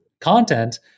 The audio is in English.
content